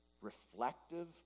reflective